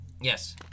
Yes